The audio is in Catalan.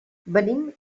venim